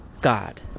God